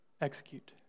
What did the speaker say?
execute